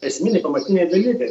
esminiai pamatiniai dalykai